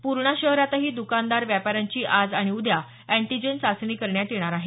पूर्णा शहरातही दकानदार व्यापाऱ्यांची आज आणि उद्या अँटिजेन चाचणी करण्यात येणार आहे